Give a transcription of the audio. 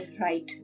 right